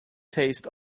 taste